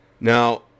Now